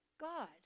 God